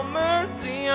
mercy